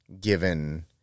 given